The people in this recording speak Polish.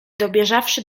dobieżawszy